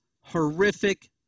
horrific